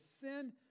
Sin